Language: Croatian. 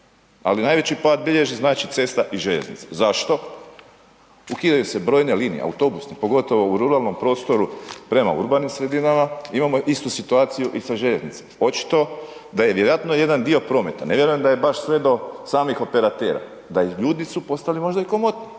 ali najveći pad bilježi znači cesta i željeznica. Zašto? Ukidaju se brojne linije, autobusni pogotovo u ruralnom prostoru prema urbanim sredinama, imamo istu situaciju i sa željeznicama, očito da je vjerojatno jedan dio prometa, ne vjerujem da je baš sve do samih operatera, da i ljudi su postali možda i komotniji,